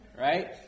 right